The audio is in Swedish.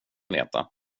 veta